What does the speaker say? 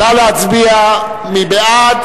נא להצביע, מי בעד?